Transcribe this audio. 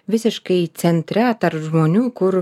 visiškai centre tarp žmonių kur